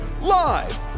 Live